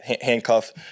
handcuff